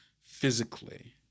physically